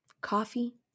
coffee